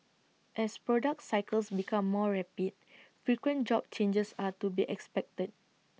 as product cycles become more rapid frequent job changes are to be expected